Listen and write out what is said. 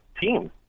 team